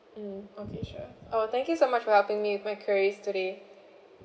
mm okay sure uh thank you so much for helping me with my queries today